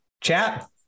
chat